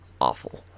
awful